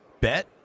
bet